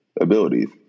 abilities